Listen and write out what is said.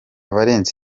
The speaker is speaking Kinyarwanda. valens